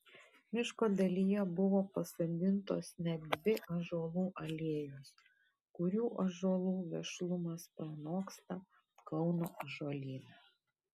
miško dalyje buvo pasodintos net dvi ąžuolų alėjos kurių ąžuolų vešlumas pranoksta kauno ąžuolyną